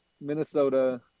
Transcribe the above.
Minnesota